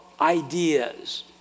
ideas